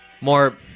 More